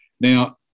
Now